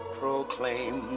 proclaim